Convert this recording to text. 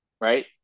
right